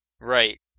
Right